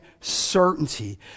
certainty